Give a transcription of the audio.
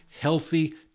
healthy